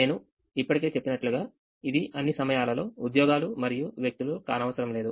నేను ఇప్పటికే చెప్పినట్లుగా ఇది అన్ని సమయాలలో ఉద్యోగాలు మరియు వ్యక్తులు కానవసరం లేదు